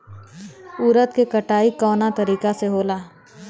उरद के कटाई कवना तरीका से होला?